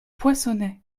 poinçonnet